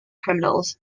criminals